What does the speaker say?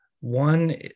One